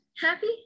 happy